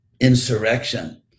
insurrection